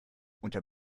unter